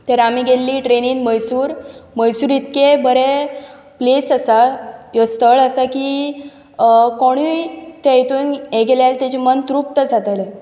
तर आमी गेल्लीं ट्रॅनीन मैयसूर मैयसूर इतकें बरें प्लेस आसा स्थळ आसा की कोणय थंयसर गेल्यार ताचें मन तृप्त जातलें